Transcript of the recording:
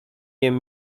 jem